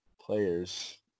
players